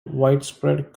widespread